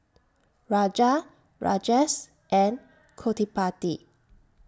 Raja Rajesh and Gottipati